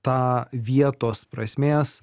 tą vietos prasmės